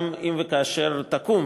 גם אם וכאשר תקום,